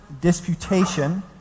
disputation